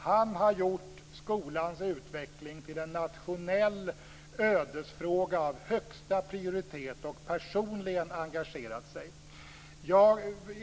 Han har gjort skolans utveckling till en nationell ödesfråga av högsta prioritet och personligen engagerat sig.